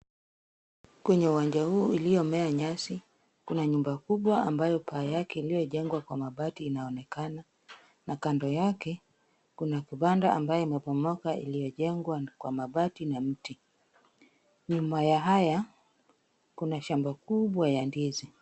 Kwenye uwanja huu iliyomea nyasi, kuna nyumba kubwa ambayo paa yake iliyojengwa kwa mabati inaonekana na kando yake, kuna kibanda ambayo imebomoka iliyojengwa kwa mabati na mti. Nyuma ya haya kuna shamba kubwa ya ndizi.